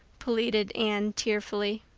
pleaded anne tearfully.